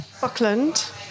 Buckland